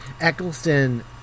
eccleston